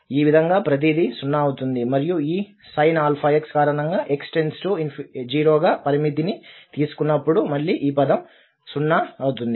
ఈ విధంగా ప్రతిదీ 0 అవుతుంది మరియు ఈ sin⁡αx కారణంగా x 0 గా పరిమితిని తీసుకున్నప్పుడు మళ్లీ ఈ పదం 0 అవుతుంది